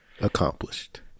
accomplished